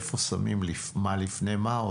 באיזה מקום מאיישים לפני מקום